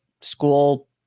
school